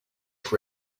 for